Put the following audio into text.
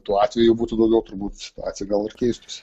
tų atvejų būtų daugiau turbūt situacija gal ir keistųsi